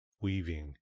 weaving